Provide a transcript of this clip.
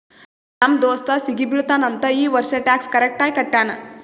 ನಮ್ ದೋಸ್ತ ಸಿಗಿ ಬೀಳ್ತಾನ್ ಅಂತ್ ಈ ವರ್ಷ ಟ್ಯಾಕ್ಸ್ ಕರೆಕ್ಟ್ ಆಗಿ ಕಟ್ಯಾನ್